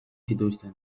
zituzten